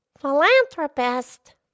Philanthropist